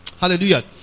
Hallelujah